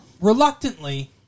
Reluctantly